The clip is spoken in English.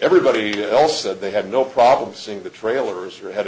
everybody else said they had no problem seeing the trailers are head